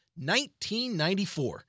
1994